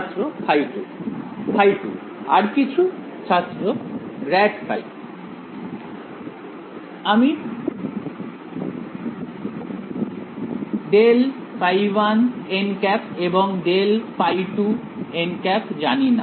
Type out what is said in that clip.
ছাত্র ϕ2 ϕ2 আর কিছু ছাত্র গ্রাড ফাই আমি ∇ϕ1 · এবং ∇ϕ2 · জানিনা